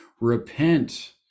Repent